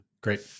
Great